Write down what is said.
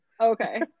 okay